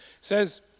says